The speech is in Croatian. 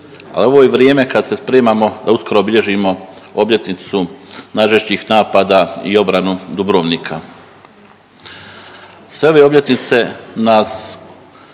ali ovo je i vrijeme kad se spremamo da uskoro obilježimo obljetnicu najžešćih napada i obranu Dubrovnika. Sve ove obljetnice nas